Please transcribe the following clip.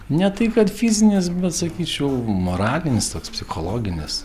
ne tai kad fizinis bet sakyčiau moralinis toks psichologinis